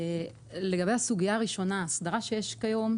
לגבי הסוגיה הראשונה האסדרה שיש כיום,